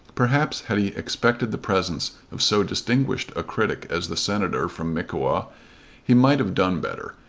perhaps had he expected the presence of so distinguished a critic as the senator from mickewa he might have done better.